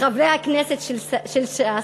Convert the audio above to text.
לחברי הכנסת של ש"ס,